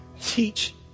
teach